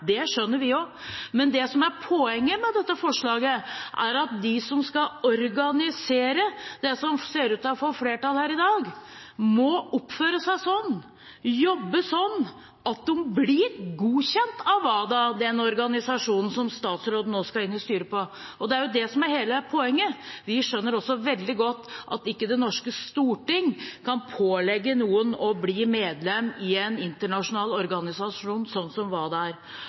men det som er poenget med dette forslaget, er at de som skal organisere det som ser ut til å få flertall her i dag, må oppføre seg sånn og jobbe sånn at de blir godkjent av WADA, den organisasjonen der statsråden nå skal inn i styret. Det er det som er hele poenget. Vi skjønner også veldig godt at det norske storting ikke kan pålegge noen å bli medlem i en internasjonal organisasjon som WADA er. Og per i dag er det Norges idrettsforbund, som